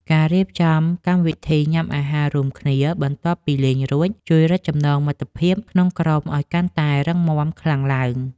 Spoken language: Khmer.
ការរៀបចំកម្មវិធីញ៉ាំអាហាររួមគ្នាបន្ទាប់ពីលេងរួច ជួយរឹតចំណងមិត្តភាពក្នុងក្រុមឱ្យកាន់តែរឹងមាំខ្លាំងឡើង។